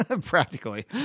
practically